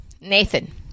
Nathan